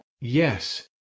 Yes